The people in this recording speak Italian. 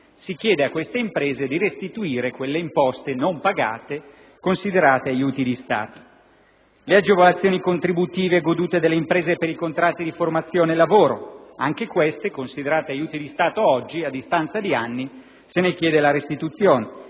si chiede a queste imprese di restituire tali imposte non pagate considerate aiuti di Stato. In secondo luogo, le agevolazioni contributive godute dalle imprese per i contratti di formazione e lavoro; anch'esse considerate aiuti di Stato e oggi, a distanza di anni, se ne chiede la restituzione.